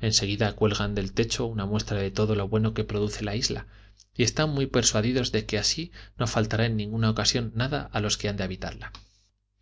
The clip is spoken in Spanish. en seguida cuelgan del techo una muestra de todo lo bueno que produce la isla y están muy persuadidos de que así no faltará en ninguna ocasión nada a los que han de